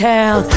Town